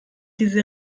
diese